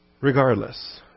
Regardless